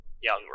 young